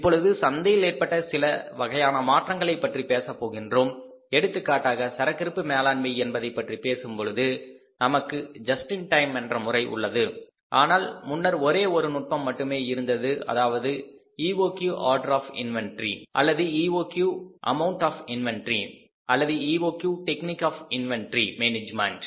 இப்பொழுது சந்தையில் ஏற்பட்ட மற்ற சில வகையான மாற்றங்களை பற்றி பேசப் போகின்றோம் எடுத்துக்காட்டாக சரக்கிருப்பு மேலாண்மை என்பதை பற்றி பேசும் பொழுது நமக்கு ஜஸ்ட் இன் டைம் என்ற முறை உள்ளது ஆனால் முன்னர் ஒரே ஒரு நுட்பம் மட்டுமே இருந்தது அதாவது ஈஓக்யூ ஆர்டர் ஆப் இன்வெண்ட்டரி அல்லது ஈஓக்யூ அமௌன்ட் ஆப் இன்வெண்ட்டரி அல்லது EOQ technique of inventory management